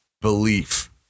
belief